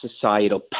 societal